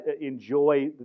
enjoy